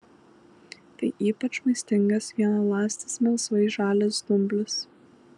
tai ypač maistingas vienaląstis melsvai žalias dumblis